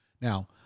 Now